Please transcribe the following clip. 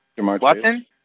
Watson